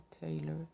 Taylor